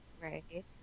Right